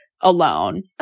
alone